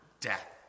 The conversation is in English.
death